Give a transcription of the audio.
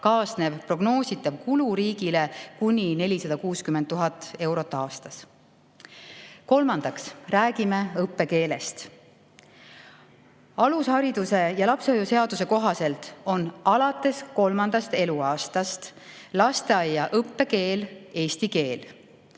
kaasnev prognoositav kulu riigile kuni 460 000 eurot aastas. Kolmandaks räägime õppekeelest. Alushariduse ja lapsehoiu seaduse kohaselt on alates kolmandast eluaastast lasteaia õppekeel eesti keel.